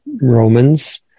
Romans